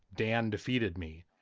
dan defeated me